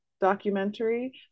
documentary